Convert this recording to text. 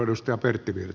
arvoisa puhemies